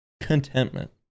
Contentment